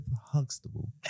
Huxtable